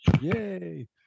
Yay